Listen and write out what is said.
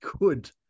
good